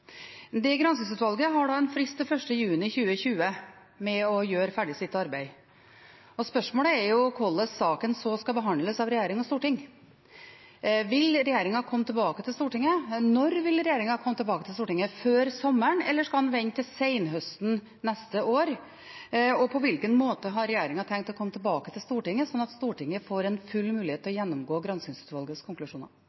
Det granskingsutvalget har en frist til 1. juni 2020 med å gjøre ferdig sitt arbeid, og spørsmålet er hvordan saken så skal behandles av regjering og storting. Vil regjeringen komme tilbake til Stortinget? Når vil regjeringen komme tilbake til Stortinget? Før sommeren, eller skal en vente til senhøstes neste år? Og på hvilken måte har regjeringen tenkt å komme tilbake til Stortinget, slik at Stortinget får full mulighet til